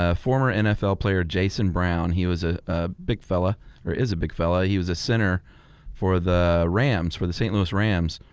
ah former nfl player jason brown, he was a a big fella or is a big fella. he was a center for the rams, for the st. louis rams.